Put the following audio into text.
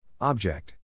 object